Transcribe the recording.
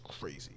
crazy